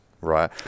right